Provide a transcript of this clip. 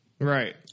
Right